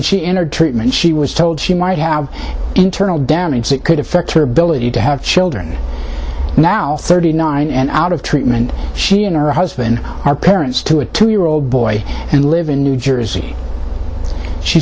she entered treatment she was told she might have internal damage that could affect her ability to have children now thirty nine and out of treatment she and her husband are parents to a two year old boy and live in new jersey she